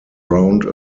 round